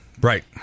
right